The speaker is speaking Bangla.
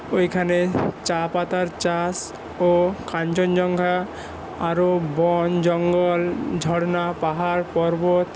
ওইখানে চা পাতার চাষ ও কাঞ্চনজঙ্ঘা আরও বন জঙ্গল ঝর্ণা পাহাড় পর্বত